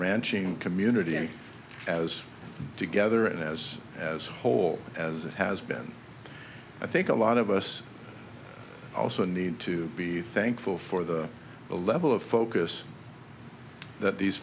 ranching community and as together and as as whole as it has been i think a lot of us also need to be thankful for the level of focus that these